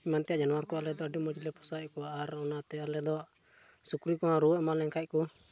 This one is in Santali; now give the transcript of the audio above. ᱮᱢᱟᱱ ᱛᱮᱭᱟᱜ ᱡᱟᱱᱣᱟᱨ ᱠᱚ ᱟᱞᱮᱫᱚ ᱟᱹᱰᱤ ᱢᱚᱡᱽ ᱞᱮ ᱯᱳᱥᱟᱣᱮᱫ ᱠᱚᱣᱟ ᱟᱨ ᱚᱱᱟᱛᱮ ᱟᱞᱮ ᱫᱚ ᱥᱩᱠᱨᱤ ᱠᱚᱦᱚᱸ ᱨᱩᱣᱟᱹ ᱮᱢᱟᱱ ᱞᱮ ᱠᱷᱟᱡ ᱠᱚ